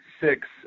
six